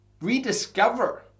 rediscover